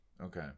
okay